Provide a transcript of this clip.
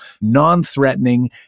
non-threatening